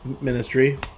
ministry